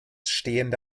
stehende